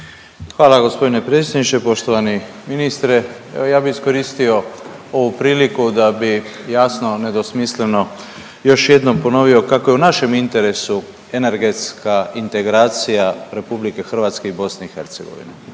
Hvala g. predsjedniče. Poštovani ministre. Evo ja bi iskoristio ovu priliku da bi jasno nedvosmisleno još jednom ponovio kako je u našem interesu energetska integracija RH i BiH i u tom